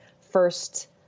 first